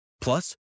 Plus